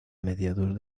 mediados